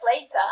later